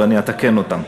ואני אתקן אותן.